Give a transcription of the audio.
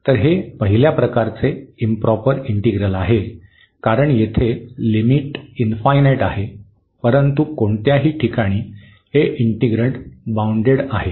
तर हे पहिल्या प्रकारचे इंप्रॉपर इंटिग्रल आहे कारण येथे हे लिमिट इनफायनाईट आहे परंतु कोणत्याही ठिकाणी हे इन्टीग्रन्ड बाउंडेड आहे